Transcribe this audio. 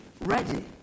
Ready